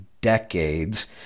decades